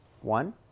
One